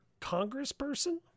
congressperson